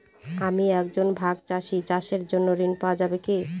আমি একজন ভাগ চাষি চাষের জন্য ঋণ পাওয়া যাবে কি?